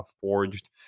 forged